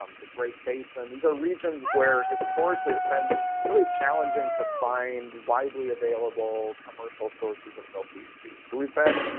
um the great basin. these are regions where historically it's been really challenging to find widely available commercial sources of milkweed seed. so we've been